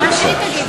בבקשה,